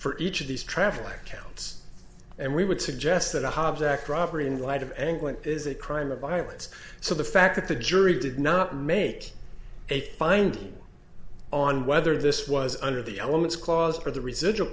for each of these traffic counts and we would suggest that object robbery in light of angling is a crime of violence so the fact that the jury did not make a finding on whether this was under the elements clause or the residual